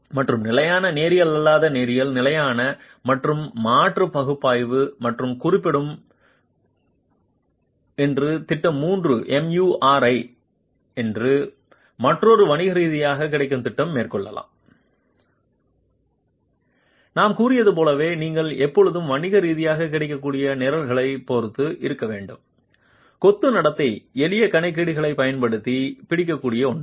மற்றும் நிலையான நேரியல் அல்லாத நேரியல் நிலையான மற்றும் மாறும் பகுப்பாய்வு மற்றும் குறிப்பிடும் என்று திட்டம் 3 எம்யுஆர்ஐ என்று மற்றொரு வணிக ரீதியாக கிடைக்கும் திட்டம் மேற்கொள் நாம் கூறியது போல நீங்கள் எப்போதும் வணிக ரீதியாக கிடைக்கக்கூடிய நிரல்களைப் பொறுத்து இருக்க வேண்டும் கொத்து நடத்தை எளிய கணக்கீடுகளைப் பயன்படுத்தி பிடிக்கக்கூடிய ஒன்றா